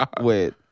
Wait